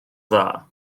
dda